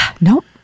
Nope